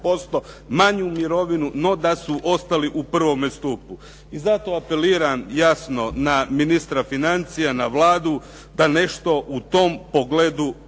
manju mirovinu no da su ostali u prvome stupu. I zato apeliram jasno na ministra financija, na Vladu da nešto u tom pogledu